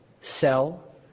sell